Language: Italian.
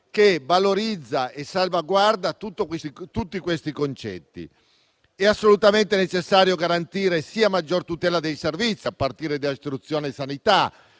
che valorizza e salvaguarda tutti questi concetti. È assolutamente necessario garantire sia maggior tutela dei servizi, a partire da istruzione e sanità,